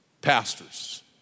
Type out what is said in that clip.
Pastors